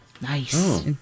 Nice